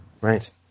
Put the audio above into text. Right